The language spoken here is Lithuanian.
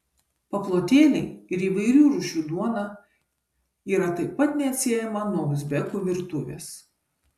paplotėliai ir įvairių rūšių duona yra taip pat neatsiejama nuo uzbekų virtuvės